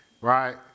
Right